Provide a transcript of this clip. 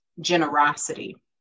generosity